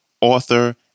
author